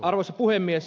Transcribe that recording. arvoisa puhemies